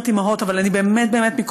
אני כל הזמן אומרת אימהות,